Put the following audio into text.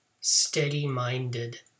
steady-minded